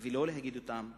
ולא להגיד אותם בפומבי.